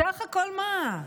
בסך הכול מה,